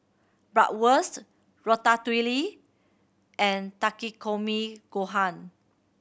Bratwurst Ratatouille and Takikomi Gohan